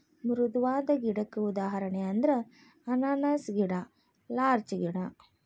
ಮೃದುವಾದ ಗಿಡಕ್ಕ ಉದಾಹರಣೆ ಅಂದ್ರ ಅನಾನಸ್ ಗಿಡಾ ಲಾರ್ಚ ಗಿಡಾ